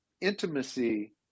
intimacy